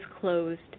closed